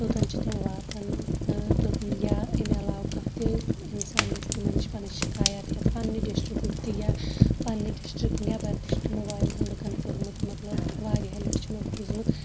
توٚتَن چھِ تِم واتان یا امہِ عَلاوٕ کانٛہہ تہِ اِنسان گَژھِ تِمَن نِش پَنٕنۍ شِکایَت ہیٚتھ پَننہِ ڈِسٹرکُک تہِ یا پَننہِ ڈِسٹرک نٮ۪بَر تہِ چھُ تِمو واریاہَن لُکَن کوٚرمُت مَطلَب واریَہے لَٹہٕ چھُ مےٚ بوٗزمُت